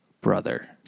brother